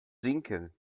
sinken